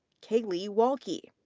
kaylee walkey.